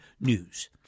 News